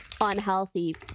unhealthy